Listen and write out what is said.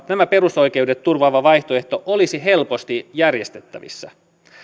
nämä perusoikeudet turvaava vaihtoehto olisi helposti järjestettävissä